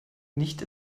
nicht